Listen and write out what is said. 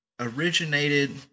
originated